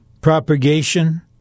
propagation